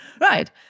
Right